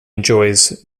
enjoys